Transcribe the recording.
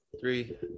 three